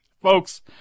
Folks